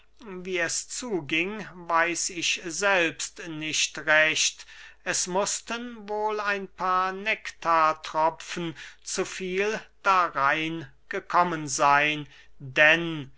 wie es zuging weiß ich selbst nicht recht es mußten wohl ein paar nektartropfen zu viel darein gekommen seyn denn